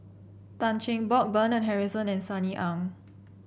Tan Cheng Bock Bernard Harrison and Sunny Ang